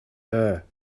her